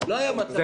לא היה מצב כזה.